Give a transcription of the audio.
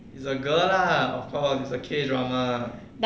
it's a girl lah of course it's a K drama [what]